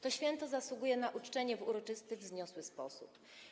To święto zasługuje na uczczenie w uroczysty i wzniosły sposób.